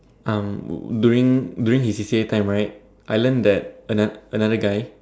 um during during his C_C_A time right I learn that anot~ another guy